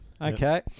Okay